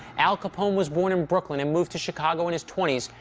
al capone was born in brooklyn and moved to chicago in his twenty s,